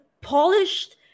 polished